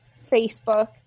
Facebook